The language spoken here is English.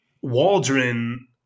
Waldron